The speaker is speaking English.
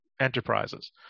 enterprises